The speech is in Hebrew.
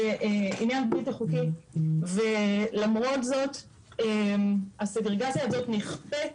זה עניין בלתי חוקי ולמרות זאת הסגרגציה הזאת נכפית